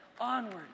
Onward